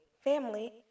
family